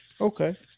Okay